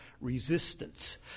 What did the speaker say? resistance